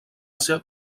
ser